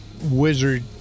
wizard